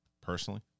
personally